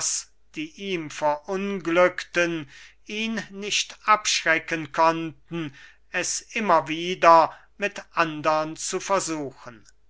die ihm verunglückten ihn nicht abschrecken konnten es immer wieder mit andern zu versuchen